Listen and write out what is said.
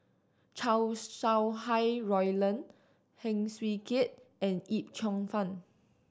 Chow Sau Hai Roland Heng Swee Keat and Yip Cheong Fun